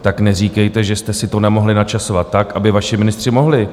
Tak neříkejte, že jste si to nemohli načasovat tak, aby vaši ministři mohli.